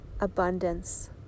abundance